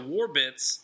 Warbits